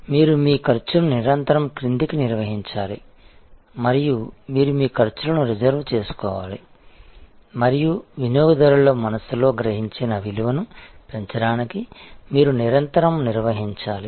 కాబట్టి మీరు మీ ఖర్చును నిరంతరం క్రిందికి నిర్వహించాలి మరియు మీరు మీ ఖర్చులను రిజర్వ్ చేసుకోవాలి మరియు వినియోగదారుల మనస్సులో గ్రహించిన విలువను పెంచడానికి మీరు నిరంతరం నిర్వహించాలి